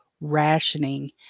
rationing